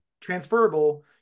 transferable